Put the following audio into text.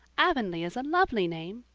avonlea is a lovely name.